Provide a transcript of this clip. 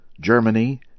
Germany